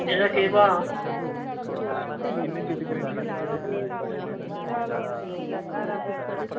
एह्दा केह् भाऽ